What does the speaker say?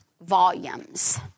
volumes